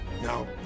Now